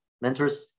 mentors